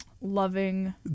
loving